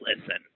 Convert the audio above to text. listen